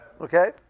Okay